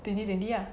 twenty twenty lah